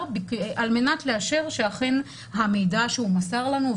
על מנת לאשר שאכן המידע שהוא מסר לנו,